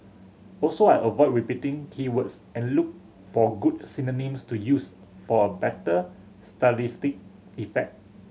also I avoid repeating key words and look for good synonyms to use for better stylistic effect